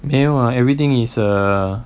没有 ah everything is err